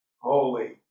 Holy